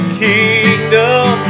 kingdom